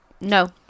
No